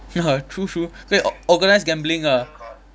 true true then or~ organise gambling ah